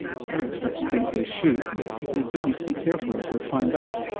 some experts think they should but people do need to be careful, as you'll find out.